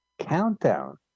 countdown